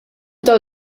dawn